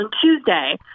Tuesday